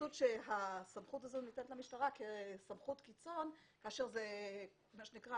התייחסות שהסמכות הזו ניתנת למשטרה כסמכות קיצון כאשר זה מה שנקרא